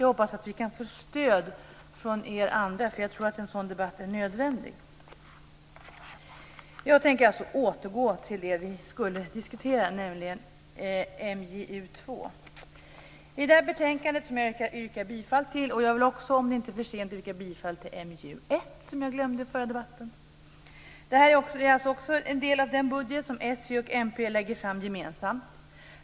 Jag hoppas att vi kan få stöd från er andra för en sådan debatt, för jag tror att den är nödvändig. Jag tänker alltså återgå till det som vi skulle diskutera, nämligen MJU2. Jag yrkar bifall till hemställan i det betänkandet. Jag vill också, om det inte är för sent, yrka bifall till hemställan i MJU1, vilket jag glömde att göra i den förra debatten. Det gäller en del av den budget som s, v och mp lägger fram gemensamt.